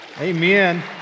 Amen